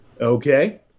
Okay